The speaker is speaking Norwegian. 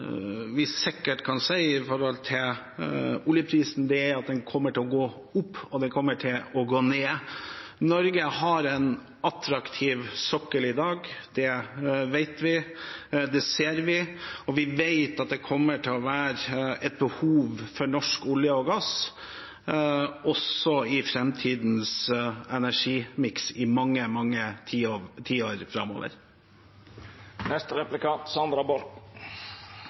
vi sikkert si når det gjelder oljeprisen: Den kommer til å gå opp og ned. Norge har en attraktiv sokkel i dag, det vet vi og ser vi, og vi vet det kommer til å være et behov for norsk olje og gass også i framtidens energimiks i mange tiår framover.